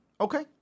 Okay